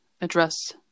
address